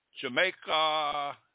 Jamaica